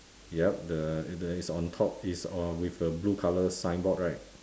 yup the the is on top is on with a blue colour signboard right